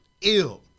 ill